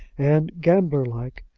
and, gambler-like,